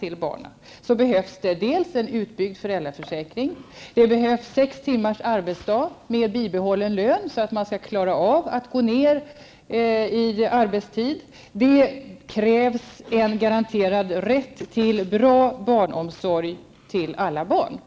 fäder, behövs det en utbyggd föräldraförsäkring och sex timmars arbetsdag med bibehållen lön, så att de kan minska arbetstiden. Det krävs också en garanterad rätt till bra barnomsorg till alla barn.